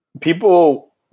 People